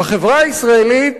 בחברה הישראלית